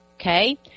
Okay